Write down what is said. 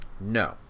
No